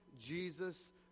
Jesus